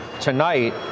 tonight